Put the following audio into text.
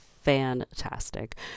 fantastic